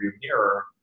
mirror